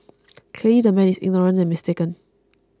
clearly the man is ignorant and mistaken